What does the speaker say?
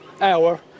hour